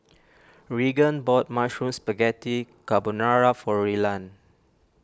Reagan bought Mushroom Spaghetti Carbonara for Rylan